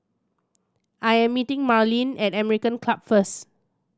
I am meeting Marlene at American Club first